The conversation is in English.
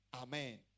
Amen